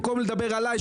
במקום לדבר עליי,